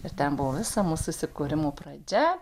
ir ten buvo visa mūsų susikūrimų pradžia